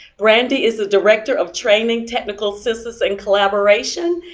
brandi is the director of training, technical assistance and collaboration,